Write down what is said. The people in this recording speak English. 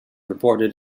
reported